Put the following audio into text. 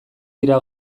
dira